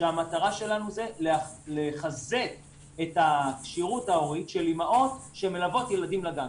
כשהמטרה שלנו זה לחזק את הכשירות ההורית של אימהות שמלוות ילדים לגן.